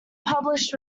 published